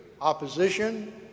opposition